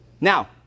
Now